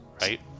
right